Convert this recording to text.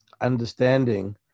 understanding